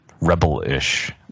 rebel-ish